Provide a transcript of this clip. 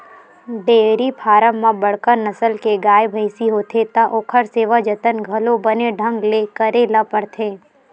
dairy farm म बड़का नसल के गाय, भइसी होथे त ओखर सेवा जतन घलो बने ढंग ले करे ल परथे